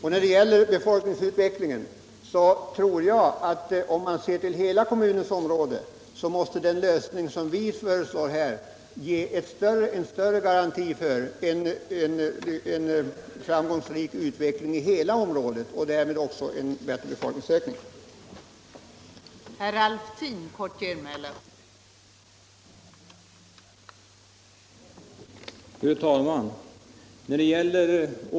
I fråga om befolkningsutvecklingen tror jag att den lösning som vi föreslår här måste ge större garanti för en framgångsrik utveckling i hela området och därmed också en bättre befolkningsutveckling i båda kommunerna.